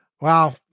Wow